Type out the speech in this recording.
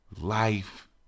Life